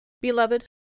Beloved